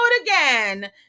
again